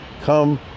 come